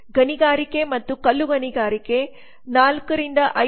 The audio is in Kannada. ಗಣಿಗಾರಿಕೆ ಮತ್ತು ಕಲ್ಲುಗಣಿಗಾರಿಕೆ 4 5